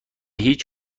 هیچ